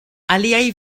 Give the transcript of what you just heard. aliaj